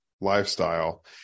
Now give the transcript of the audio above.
lifestyle